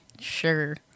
Sure